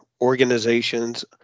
organizations